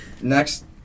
Next